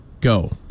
go